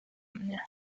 mnie